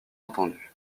entendu